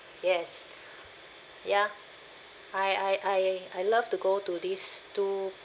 yes ya I I I I love to go to these to